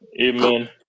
amen